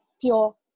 pure